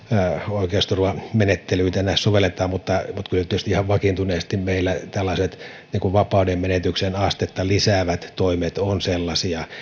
oikeusturvamenettelyitä näissä sovelletaan mutta kyllä tietysti ihan vakiintuneesti meillä tällaiset vapaudenmenetyksen astetta lisäävät toimet ovat sellaisia